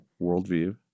Worldview